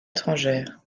étrangères